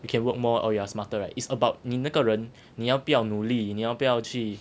you can work more or you are smarter right it's about 你那个人你要不要努力你要不要去